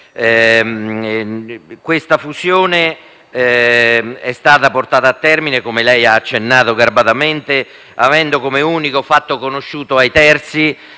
Questa fusione è stata portata a termine, come lei ha accennato garbatamente, avendo come unico fatto conosciuto ai terzi